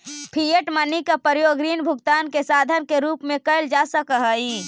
fiat money के प्रयोग ऋण भुगतान के साधन के रूप में कईल जा सकऽ हई